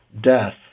death